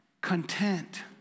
content